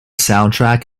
soundtrack